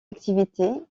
activité